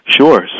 Sure